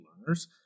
learners